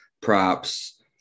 props